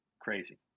crazy